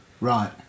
right